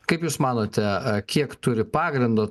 kaip jūs manote ar kiek turi pagrindo